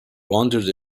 wandered